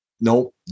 Nope